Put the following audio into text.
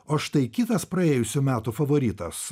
o štai kitas praėjusių metų favoritas